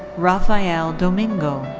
rafael domingo.